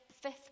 fifth